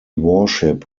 worship